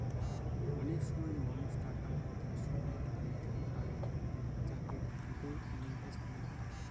অনেক সময় মানুষ টাকার বদলে সোনা ধারে রাখে যাকে গোল্ড ইনভেস্টমেন্ট বলে